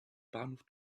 bahnhof